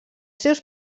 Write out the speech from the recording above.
seus